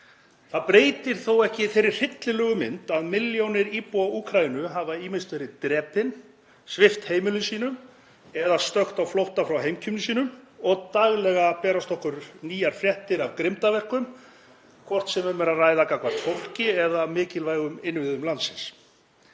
Það breytir þó ekki þeirri hryllilegu mynd að milljónir íbúa Úkraínu hafa ýmist verið drepnar, sviptar heimilum sínum eða stökkt á flótta frá heimkynnum sínum og daglega berast okkur nýjar fréttir af grimmdarverkum, hvort sem um er að ræða gagnvart fólki eða mikilvægum innviðum landsins.